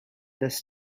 this